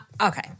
Okay